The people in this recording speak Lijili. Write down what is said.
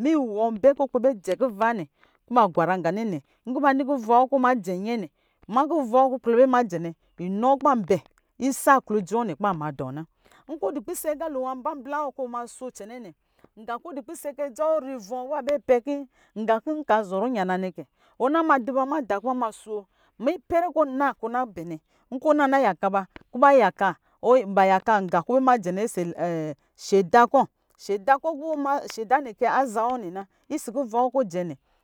miwɔ bɛ kɔ bɛ jɛ kuva bɛ kuba gwara ganɛ nɛ nki ba ni kuvao kɔ majɛ nyɛɛ nɛ inɔ kuban bɔ isa klodzi wɔ nɛ ki ba ma dɔ na nkɔ di pisɛ agalo nwa bla bla nga kɔ di pisɛ ki adza wɔri vɔɔ kɔ ba pɔ ki nga ki ka zɔrɔ nyana nɛ kɛ ɔ na madi ba mada ki ba ma so mipɛrɛ kɔ na kɔ na bɛ nɛ nkɔ na kɔ naya ka nga kɔ majɛ nɛ isi seda kɔ, seda kɔ ki seda nɛ kɛ aza wɔnɛ na isi ko majɛ nɛ